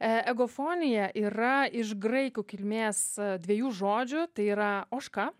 egofonija yra iš graikų kilmės dviejų žodžių tai yra ožka